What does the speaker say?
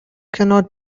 cannot